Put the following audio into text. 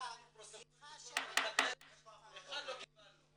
--- פרוטוקול אחד לא קיבלנו אפילו.